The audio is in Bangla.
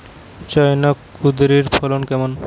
চায়না কুঁদরীর ফলন কেমন?